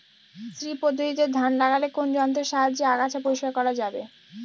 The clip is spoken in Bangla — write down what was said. শ্রী পদ্ধতিতে ধান লাগালে কোন যন্ত্রের সাহায্যে আগাছা পরিষ্কার করা যাবে?